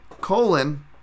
colon